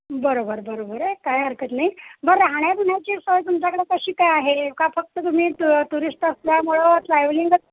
बरोबर बरोबर आहे काय हरकत नाही ब राहण्या बिण्याची सोय तुमच्याकडे कशी काय आहे का फक्त तुम्ही टुरिस्ट असल्यामुळं ट्रॅव्हलिंग